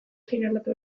seinalatu